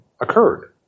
occurred